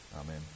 Amen